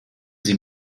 sie